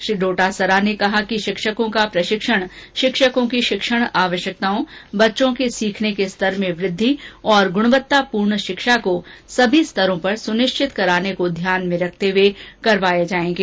श्री डोटासरा ने कहा कि शिक्षकों का प्रशिक्षण शिक्षकों की शिक्षण आवश्यकताओं बच्चों के सीखने के स्तर में वृद्धि और गुणवत्तापूर्ण शिक्षा को सभी स्तरों पर सुनिश्चित कराने को ध्यान में रखते हुए करवाए जाएंगे